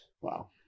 wow